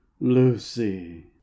Lucy